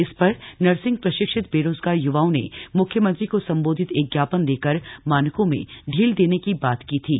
इस पर नर्सिंग प्रशिक्षित बेरोजगार य्वाओं ने म्ख्यमंत्री को संबोधित एक ज्ञापन देकर मानकों में ढील देने की मांग की थी